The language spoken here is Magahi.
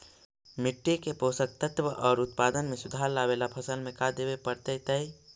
मिट्टी के पोषक तत्त्व और उत्पादन में सुधार लावे ला फसल में का देबे पड़तै तै?